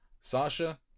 Sasha